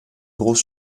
groß